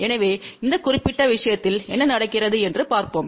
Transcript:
எனவே இந்த குறிப்பிட்ட விஷயத்தில் என்ன நடக்கிறது என்று பார்ப்போம்